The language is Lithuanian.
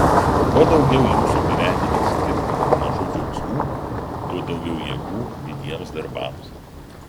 kuo daugiau jūsų gyvenime skirtingų mažų džiaugsmų tuo daugiau jėgų didiems darbams